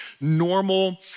normal